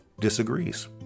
disagrees